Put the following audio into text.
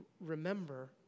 remember